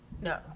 No